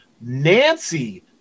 Nancy